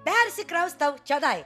persikraustau čionai